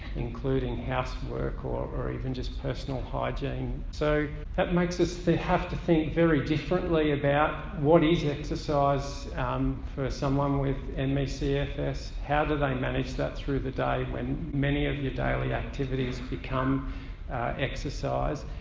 including housework or even just personal hygiene. so that makes us they have to think very differently about what is exercise for someone with and me cfs? how do they manage that through the day when many of your daily activities become exercise?